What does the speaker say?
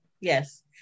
yes